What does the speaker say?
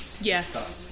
yes